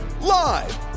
Live